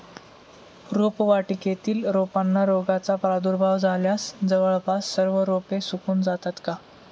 रोपवाटिकेतील रोपांना रोगाचा प्रादुर्भाव झाल्यास जवळपास सर्व रोपे सुकून जातात का?